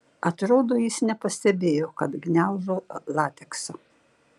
atrodo jis nepastebėjo kad gniaužo lateksą